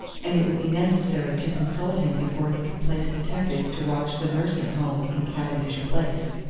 and it would be necessary to consult him before he could place detectives to watch the nursing home in cavendish place.